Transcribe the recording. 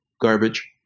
garbage